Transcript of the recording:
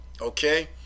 okay